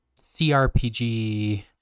CRPG